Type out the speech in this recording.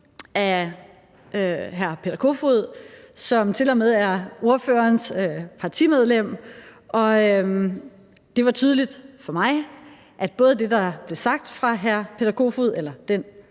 af hr. Peter Kofod, som tilmed er ordførerens partimedlem, og det var tydeligt for mig, at det, der blev sagt fra hr. Peter Kofods side